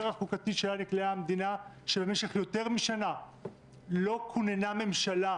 החוקתי שאליה נקלעה המדינה שבמשך יותר משנה לא כוננה ממשלה,